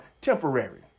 temporary